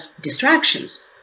distractions